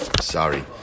sorry